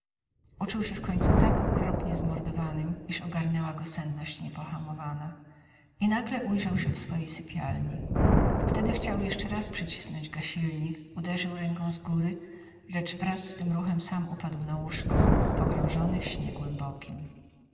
uczuł się wkońcu tak okropnie zmordowanym iż ogarnęła go senność niepohamowana i nagle ujrzał się w swojej sypialni wtedy chciał raz jeszcze przycisnąć gasilnik uderzył ręką z góry lecz wraz z tym ruchem sam upadł na łóżko pogrążony w śnie głębokim